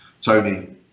Tony